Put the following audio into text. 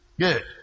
Good